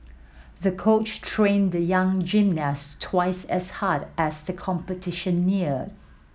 the coach trained the young gymnast twice as hard as the competition neared